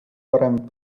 parem